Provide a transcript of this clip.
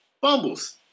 fumbles